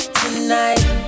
tonight